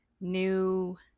new